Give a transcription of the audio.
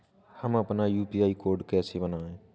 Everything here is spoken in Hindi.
हम अपना यू.पी.आई कोड कैसे बनाएँ?